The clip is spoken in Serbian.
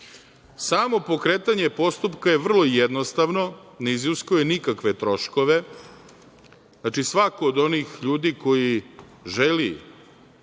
pokretanje postupka je vrlo jednostavno ne iziskuje nikakve troškove, znači svako od onih ljudi koji želi